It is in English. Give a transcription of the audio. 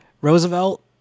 roosevelt